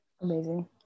amazing